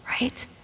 right